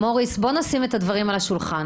מוריס, בוא נשים את הדברים על השולחן.